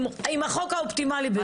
עם החוק האופטימלי ביותר.